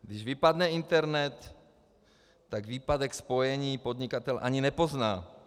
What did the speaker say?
Když vypadne internet, tak výpadek spojení podnikatel ani nepozná.